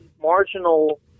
marginal